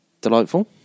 delightful